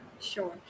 sure